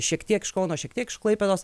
šiek tiek iš kauno šiek tiek iš klaipėdos